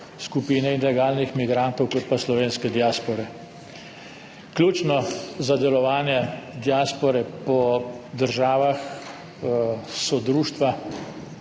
skupine ilegalnih migrantov kot pa slovenske diaspore. Ključno za delovanje diaspore po državah so društva,